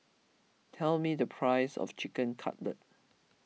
tell me the price of Chicken Cutlet